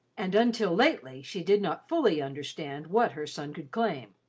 and until lately she did not fully understand what her son could claim.